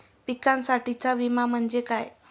पिकांसाठीचा विमा म्हणजे काय?